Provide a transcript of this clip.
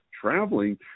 traveling